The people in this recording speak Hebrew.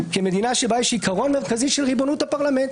כמדינה שבה יש עיקרון מרכזי של ריבונות הפרלמנט,